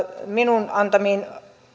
minun antamiini